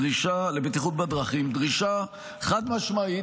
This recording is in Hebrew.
דרישה חד-משמעית,